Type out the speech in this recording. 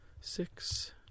six